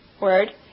word